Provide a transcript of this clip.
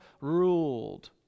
ruled